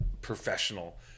professional